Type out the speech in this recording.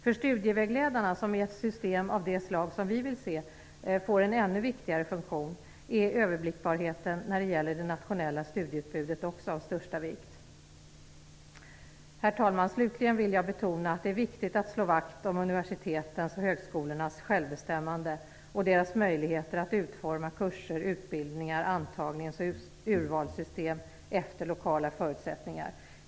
För studievägledarna, som i ett system av det slag som vi vill se får en ännu viktigare funktion, är överblickbarheten när det gäller det nationella studieutbudet också av största vikt. Herr talman! Slutligen vill jag betona att det är viktigt att slå vakt om universitetens och högskolornas självbestämmande och deras möjligheter att utforma kurser, utbildningar, antagnings och urvalssystem efter lokala förutsättningar.